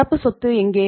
நடப்பு சொத்து எங்கே